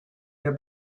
der